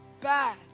bad